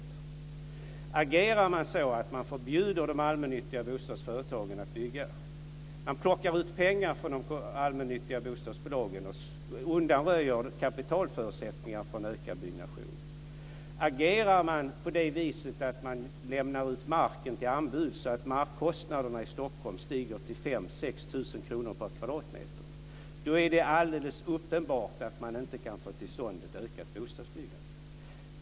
Man agerar så att man förbjuder de allmännyttiga bostadsföretagen att bygga, man plockar ut pengar från de allmännyttiga bostadsbolagen och undanröjer kapitalförutsättningar för en ökad byggnation. Man agerar så att man lämnar ut marken till anbud så att markkostnaderna i Stockholm stiger till 5 000-6 000 per kvadratmeter. Då är det alldeles uppenbart att man inte kan få till stånd ett ökat bostadsbyggande.